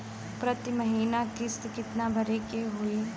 प्रति महीना किस्त कितना भरे के होई?